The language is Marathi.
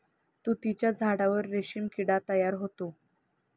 तुतीच्या झाडावर रेशीम किडा तयार होतो